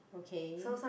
okay